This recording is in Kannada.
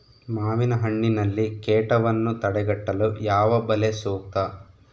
ಮಾವಿನಹಣ್ಣಿನಲ್ಲಿ ಕೇಟವನ್ನು ತಡೆಗಟ್ಟಲು ಯಾವ ಬಲೆ ಸೂಕ್ತ?